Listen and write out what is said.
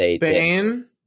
Bane